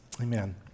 Amen